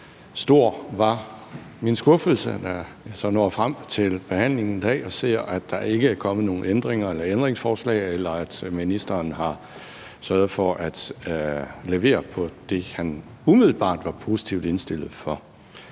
da jeg så når frem til behandlingen i dag og ser, at der ikke er kommet nogen ændringer eller ændringsforslag, og at ministeren ikke har sørget for at levere på det, han umiddelbart var positivt indstillet over